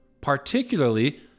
particularly